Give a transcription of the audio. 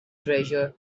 treasure